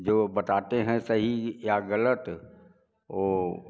जो बताते हैं सही या गलत वह